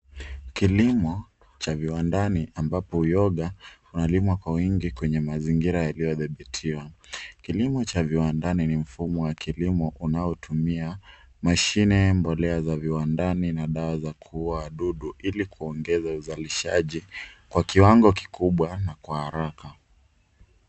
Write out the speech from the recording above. Kilimo cha viwandani ambapo yoga unalimwa kws wengi kwenye mazingira yaliyo yaliyodhibitiwa. Kilimo cha viwandani ni mfumo wa kilimo unaotumia mashine, mbolea za viwandani na dawa za kuuwa wadudu ili kuongeza uzalishaji kwa kiwango kikubwa na kwa haraka.